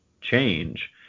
change